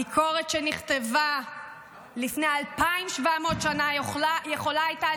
הביקורת שנכתבה לפני אלפיים ושבע מאות שנה יכולה הייתה